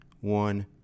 one